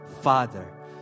Father